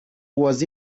was